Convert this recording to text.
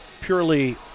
purely